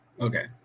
Okay